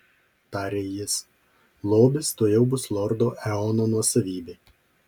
tarė jis lobis tuojau bus lordo eono nuosavybė